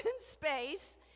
space